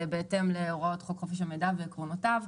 בהתאם להוראות חוק חופש המידע ועקרונותיו.